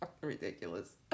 ridiculous